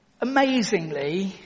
amazingly